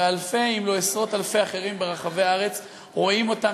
ואלפי אם לא עשרות-אלפי אחרים ברחבי הארץ רואים אותה,